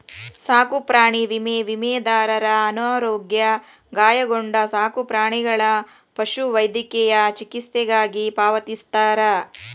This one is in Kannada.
ಸಾಕುಪ್ರಾಣಿ ವಿಮೆ ವಿಮಾದಾರರ ಅನಾರೋಗ್ಯ ಗಾಯಗೊಂಡ ಸಾಕುಪ್ರಾಣಿಗಳ ಪಶುವೈದ್ಯಕೇಯ ಚಿಕಿತ್ಸೆಗಾಗಿ ಪಾವತಿಸ್ತಾರ